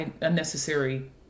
unnecessary